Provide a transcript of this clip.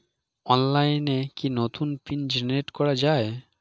অনলাইনে কি নতুন পিন জেনারেট করা যায়?